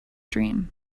dream